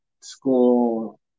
school